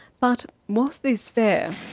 but was this fair?